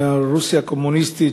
מרוסיה הקומוניסטית,